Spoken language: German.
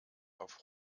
auf